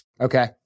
Okay